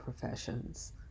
professions